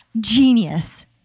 Genius